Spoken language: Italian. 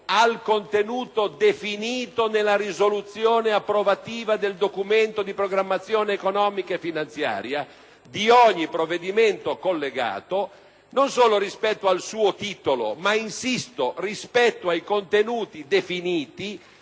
al contenuto definito nella risoluzione approvativa del Documento di programmazione economico-finanziaria di ogni provvedimento collegato non solo rispetto al suo titolo, ma, insisto, rispetto ai contenuti definiti